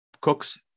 Cooks